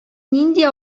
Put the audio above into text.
нинди